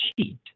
cheat